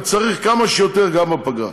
וצריך כמה שיותר גם בפגרה,